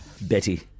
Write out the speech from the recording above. Betty